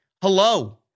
hello